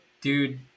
dude